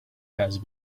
has